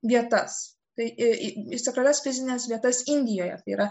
vietas kai į sakralias fizines vietas indijoje yra